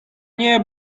nie